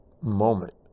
moment